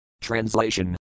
Translation